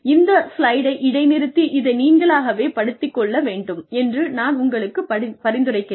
இந்த ஸ்லைடை இடைநிறுத்தி இதை நீங்களாகவே படித்துக் கொள்ள வேண்டும் என்று நான் உங்களுக்குப் பரிந்துரைக்கிறேன்